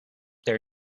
their